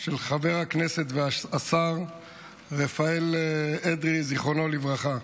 של חבר הכנסת והשר רפאל אדרי, זיכרונו לברכה.